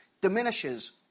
diminishes